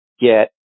get